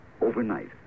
overnight